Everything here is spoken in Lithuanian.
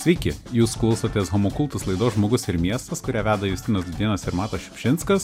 sveiki jūs klausotės homo kultus laidos žmogus ir miestas kurią veda justinas dūdėnas ir matas šiupšinskas